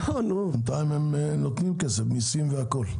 בינתיים הם נותנים כסף, מסין והכל.